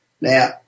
Now